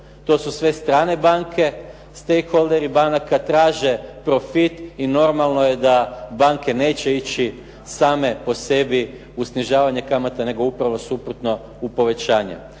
to su sve strane banke. Stake holderi banaka traže profit i normalno je da banke neće ići same po sebi u snižavanje kamata, nego upravo suprotno, u povećanje.